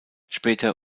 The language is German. später